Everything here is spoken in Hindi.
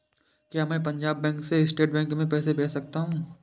क्या मैं पंजाब बैंक से स्टेट बैंक में पैसे भेज सकता हूँ?